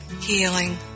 healing